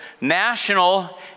National